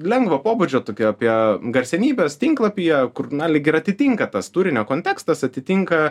lengvo pobūdžio tokia apie garsenybes tinklapyje kur na lyg ir atitinka tas turinio kontekstas atitinka